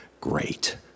great